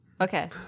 Okay